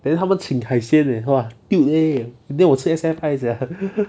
then 他们请海鲜 leh !wah! tilt leh and then 我吃 sia